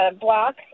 block